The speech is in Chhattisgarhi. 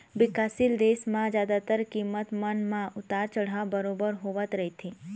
बिकासशील देश म जादातर कीमत मन म उतार चढ़ाव बरोबर होवत रहिथे